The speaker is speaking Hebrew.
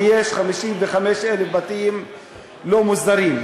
ויש 55,000 בתים לא מוסדרים.